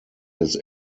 his